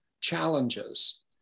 challenges